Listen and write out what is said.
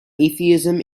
atheism